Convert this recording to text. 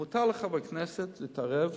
אם מותר לחברי הכנסת להתערב,